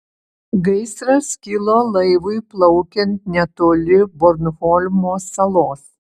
gaisras kilo laivui plaukiant netoli bornholmo salos